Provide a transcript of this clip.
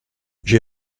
j’ai